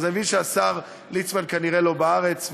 אז אני מבין שהשר ליצמן כנראה לא בארץ,